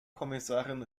kommissarin